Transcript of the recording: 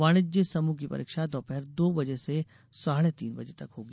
वाणिज्य समूह की परीक्षा दोपहर दो बजे से साढ़े तीन बजे तक होगी